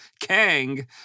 Kang